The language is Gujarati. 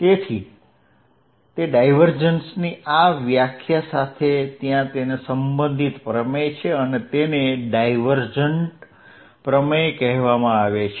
તેથી તે ડાયવર્જનની આ વ્યાખ્યા સાથે ત્યાં તેને સંબંધિત પ્રમેય છે અને તેને ડાયવર્જન પ્રમેય કહે છે